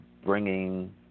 bringing